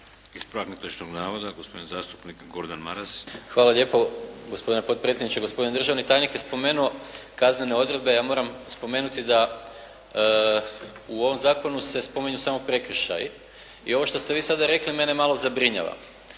Ispravak netočnog navoda gospodin zastupnik Gordan Maras. **Maras, Gordan (SDP)** Hvala lijepo gospodine potpredsjedniče. Gospodin državni tajnik je spomenuo kaznene odredbe. Ja moram spomenuti da u ovom zakonu se spominju samo prekršaji i ovo što ste vi sada rekli mene malo zabrinjava.